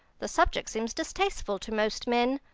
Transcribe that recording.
the subject seems distasteful to most men.